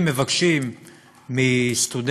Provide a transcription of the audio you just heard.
אם מבקשים מסטודנט